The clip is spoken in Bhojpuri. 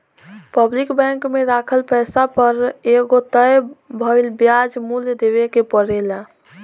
पब्लिक बैंक में राखल पैसा पर एगो तय भइल ब्याज मूल्य देवे के परेला